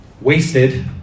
wasted